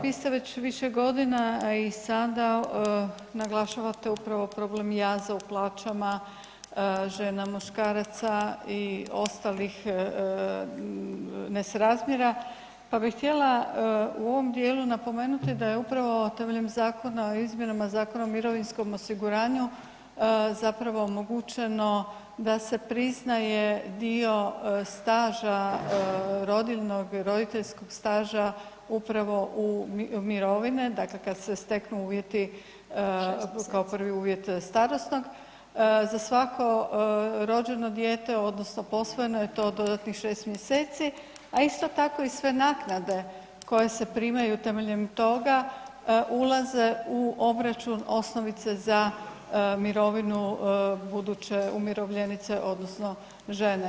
Vi već više godina i sada naglašavate upravo problem jaza u plaćama žena-muškaraca i ostalih nesrazmjera, pa bih htjela u ovom dijelu napomenuti da je upravo temeljem zakona o izmjenama Zakona o mirovinskom osiguranju omogućeno da se priznaje dio staža rodiljnog, roditeljskog staža upravo u mirovine, dakle kad se steknu uvjeti, kao prvi uvjet starosnog, za svako rođeno dijete odnosno posvojeno je to dodatnih 6. mjeseci, a isto tako i sve naknade koje se primaju temeljem toga ulaze u obračun osnovice za mirovinu buduće umirovljenice odnosno žene.